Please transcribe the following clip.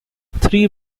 three